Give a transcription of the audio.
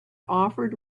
offered